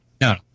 No